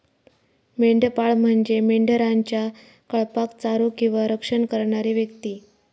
मेंढपाळ म्हणजे मेंढरांच्या कळपाक चारो किंवा रक्षण करणारी व्यक्ती